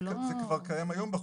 זה כבר קיים היום בחוק.